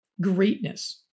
greatness